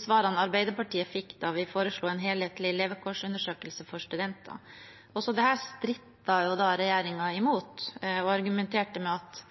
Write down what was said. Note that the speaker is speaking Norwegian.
svarene Arbeiderpartiet fikk da vi foreslo en helhetlig levekårsundersøkelse for studenter. Også dette strittet regjeringen imot og argumenterte med at